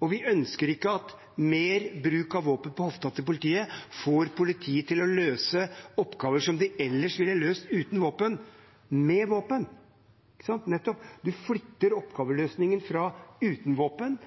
Og vi ønsker ikke at mer bruk av våpen på hofta til politiet får politiet til å løse oppgaver med våpen som de ellers ville ha løst uten våpen. Man flytter oppgaveløsningen fra «uten våpen» til en oppgaveløsning «med våpen».